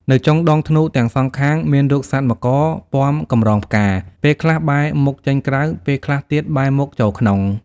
នៅចុងដងធ្នូទាំងសងខាង មានរូបសត្វមករពាំកម្រងផ្កា ពេលខ្លះបែរមុខចេញក្រៅ ពេលខ្លះទៀតបែរមុខចូលក្នុង។